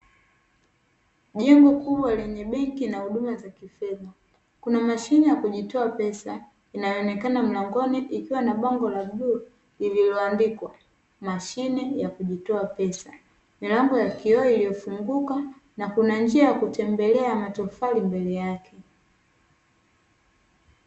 Jengo kubwa lenye benki na huduma za kifedha, kuna mashine ya kujitoa pesa inayoonekana mlangoni ikiwa na bango la bluu lililoandikwa mashine ya kujitoa pesa, milango ya kioo iliyofunguka na kuna njia ya kutembelea ya matofali mbele yake.